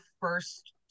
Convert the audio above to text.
first